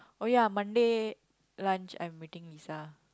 oh ya Monday lunch I'm meeting Lisa